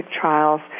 trials